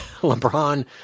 LeBron